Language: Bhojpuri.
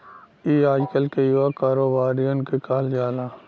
ई आजकल के युवा कारोबारिअन के कहल जाला